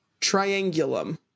Triangulum